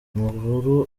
amakuru